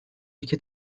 ülke